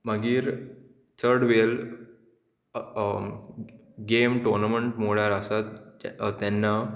मागीर चड वेल गेम टोनमंट म्हळ्यार आसात ते तेन्ना